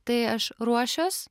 tai aš ruošiuos